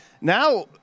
now